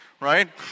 Right